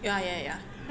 ya ya ya